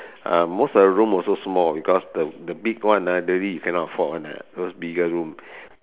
uh most of the room also small because uh the big one ah you really cannot afford one ah those bigger room